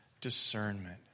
discernment